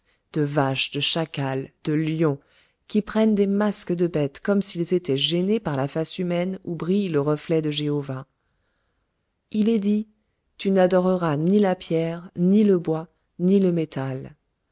de vache de chacal de lion qui prennent des masques de bête comme s'ils étaient gênés par la face humaine où brille le reflet de jéhovah il est dit tu n'adoreras ni la pierre ni le bois ni le métal